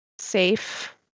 safe